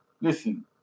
listen